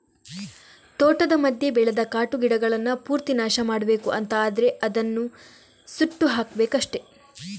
ತೋಟದ ಮಧ್ಯ ಬೆಳೆದ ಕಾಟು ಗಿಡಗಳನ್ನ ಪೂರ್ತಿ ನಾಶ ಮಾಡ್ಬೇಕು ಅಂತ ಆದ್ರೆ ಅದನ್ನ ಸುಟ್ಟು ಹಾಕ್ಬೇಕಷ್ಟೆ